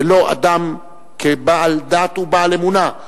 ולא אדם כבעל דת ובעל אמונה,